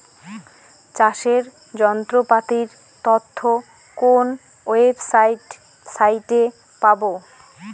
চাষের যন্ত্রপাতির তথ্য কোন ওয়েবসাইট সাইটে পাব?